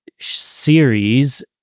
series